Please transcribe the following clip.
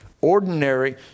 ordinary